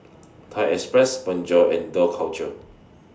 Thai Express Bonjour and Dough Culture